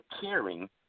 caring